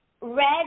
red